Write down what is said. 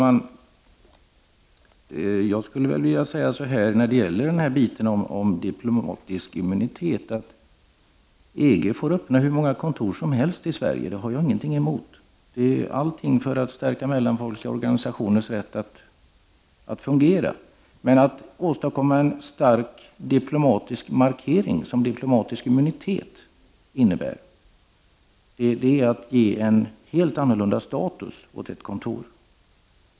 Herr talman! När det gäller frågan om diplomatisk immunitet skulle jag vilja säga att EG får öppna hur många kontor som helst i Sverige; det har jag ingenting emot — allt för att stärka mellanfolkliga organisationers rätt att fungera. Men att åstadkomma en stark diplomatisk markering, som diplomatisk immunitet, innebär att man ger en helt annan status åt ett kontor.